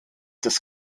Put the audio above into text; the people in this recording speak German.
des